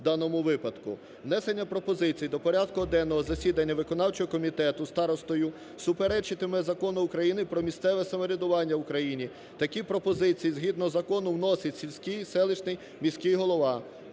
Внесення пропозицій до порядку денного засідання виконавчого комітету старостою суперечитиме Закону України "Про місцеве самоврядування в Україні". Такі пропозиції згідно закону вносить сільський, селищний, міський голова.